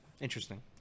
Interesting